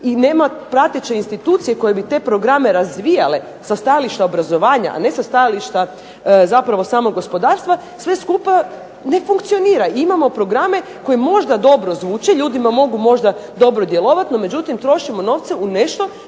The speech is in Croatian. i nema prateće institucije koja bi te programe razvijale sa stajališta obrazovanja, a ne sa stajališta zapravo samog gospodarstva sve skupa ne funkcionira. Imamo programe koji možda dobro zvuče, ljudima mogu možda dobro djelovat, no međutim trošimo novce u nešto